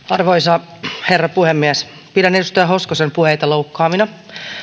arvoisa herra puhemies pidän edustaja hoskosen puheita loukkaavina